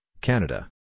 Canada